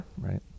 Right